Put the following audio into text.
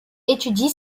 étudie